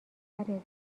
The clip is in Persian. بهبودی